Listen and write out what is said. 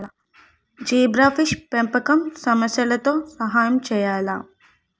Zebrafish పెంపకం సమస్యలతో సహాయం చేయాలా?